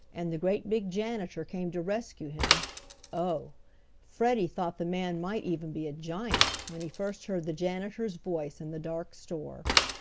and the great big janitor came to rescue him oh freddie thought the man might even be a giant when he first heard the janitor's voice in the dark store.